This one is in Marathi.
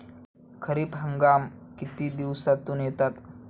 खरीप हंगाम किती दिवसातून येतात?